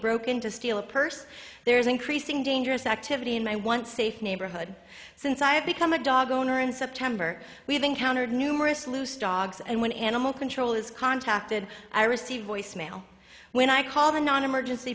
broken to steal a purse there is increasing dangerous activity and i want safe neighborhood since i have become a dog owner in september we have encountered numerous loose dogs and when animal control is contacted i receive voicemail when i call the non emergency